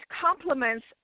complements